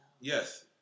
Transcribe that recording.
Yes